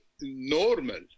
normal